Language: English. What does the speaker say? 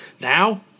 Now